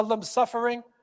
suffering